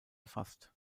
erfasst